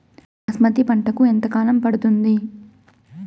బాస్మతి పంటకు ఎంత కాలం పడుతుంది?